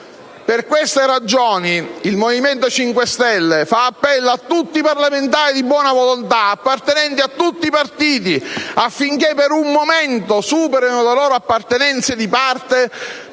Per queste ragioni il Movimento 5 Stelle fa appello a tutti i parlamentari di buona volontà, appartenenti a tutti i partiti, affinché, per un momento, superino le loro appartenenze di parte